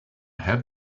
have